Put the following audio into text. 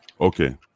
Okay